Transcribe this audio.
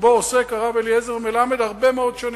שבו עוסק הרב אליעזר מלמד הרבה מאוד שנים.